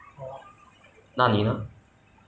看戏 lor 看戏比较多 ah 又看